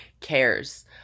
cares